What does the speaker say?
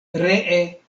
ree